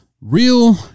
Real